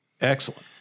Excellent